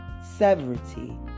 severity